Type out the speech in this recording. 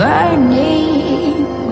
Burning